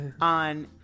on –